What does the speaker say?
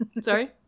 Sorry